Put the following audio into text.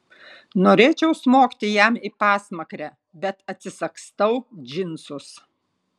norėčiau smogti jam į pasmakrę bet atsisagstau džinsus